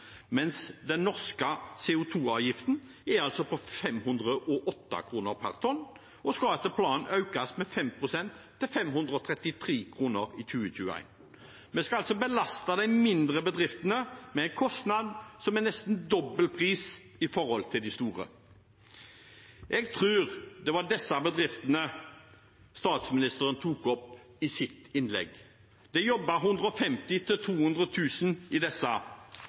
mens den norske CO 2 -avgiften er på 508 kr per tonn og skal etter planen økes med 5 pst., til 533 kr, i 2021. Vi skal altså belaste de mindre bedriftene med en kostnad som utgjør nesten dobbel pris i forhold til de store. Jeg tror det var disse bedriftene statsministeren tok opp i sitt innlegg. Det jobber 150 000–200 000 i disse